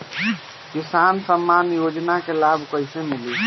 किसान सम्मान योजना के लाभ कैसे मिली?